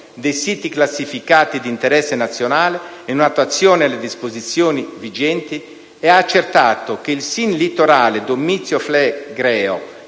Grazie,